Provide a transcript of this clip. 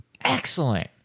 excellent